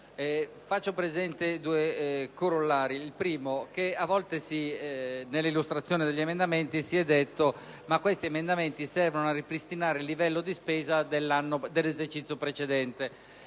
far presente due corollari. In primo luogo, a volte nell'illustrazione degli emendamenti si è detto che essi servono a ripristinare il livello di spesa dell'esercizio precedente,